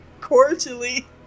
cordially